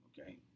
Okay